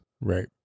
Right